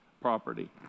property